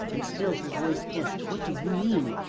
and still her voice hissed what do you mean?